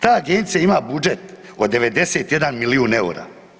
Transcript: Ta agencija ima budžet od 91 milijun eura.